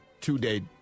two-day